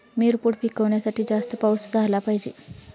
मिरपूड पिकवण्यासाठी जास्त पाऊस झाला पाहिजे